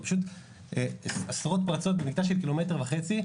זה פשוט עשרות פרצות במקטע של קילומטר וחצי,